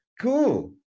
Cool